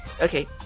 Okay